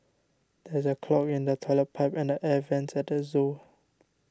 there is a clog in the Toilet Pipe and the Air Vents at the zoo